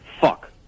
Fuck